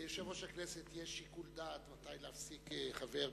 ליושב-ראש הכנסת יש שיקול דעת מתי להפסיק חבר,